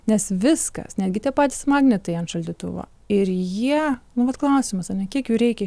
nes viskas netgi tie patys magnetai ant šaldytuvo ir jie nu vat klausimas ane kiek jų reikia